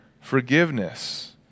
forgiveness